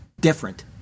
different